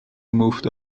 moved